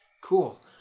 Cool